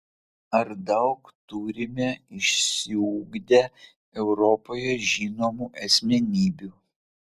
ar daug turime išsiugdę europoje žinomų asmenybių